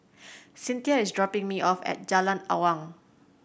Cyntha is dropping me off at Jalan Awang